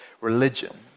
Religion